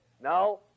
No